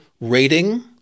rating